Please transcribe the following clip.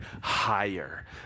higher